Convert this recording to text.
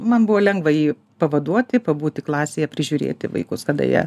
man buvo lengva jį pavaduoti pabūti klasėje prižiūrėti vaikus kada jie